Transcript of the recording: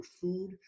food